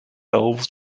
elves